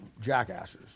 jackasses